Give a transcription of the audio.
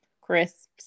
crisps